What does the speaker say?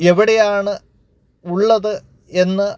എവിടെയാണ് ഉള്ളത് എന്ന്